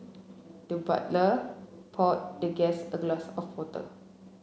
the butler poured the guest a glass of water